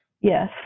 Yes